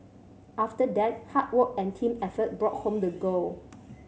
after that hard work and team effort brought home the gold